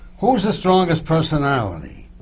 who's the strongest personality?